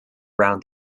round